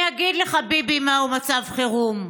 אני אגיד לך, ביבי, מהו מצב חירום.